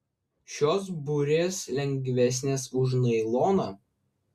šios burės lengvesnės už nailoną